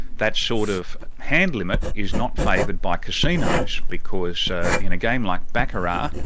that sort of hand limit is not favoured by casinos because in a game like baccarat,